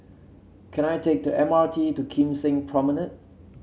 can I take the M R T to Kim Seng Promenade